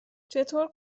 چطور